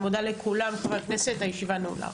אני מודה לכולם, לחברי הכנסת, הישיבה נעולה.